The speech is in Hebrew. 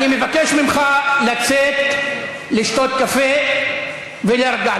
אני מבקש ממך לצאת לשתות קפה ולהירגע.